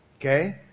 Okay